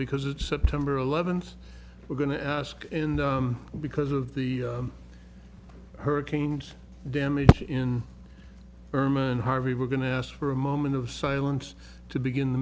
because it's september eleventh we're going to ask in the because of the hurricane damage in ermine harvey we're going to ask for a moment of silence to begin the